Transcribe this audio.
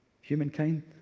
humankind